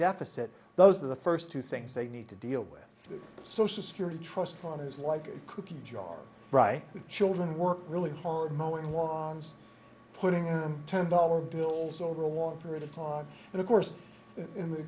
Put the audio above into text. deficit those are the first two things they need to deal with the social security trust fund is like a cookie jar right children work really hard no one was putting in term dollar duels over a long period of talk and of course in the